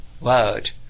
world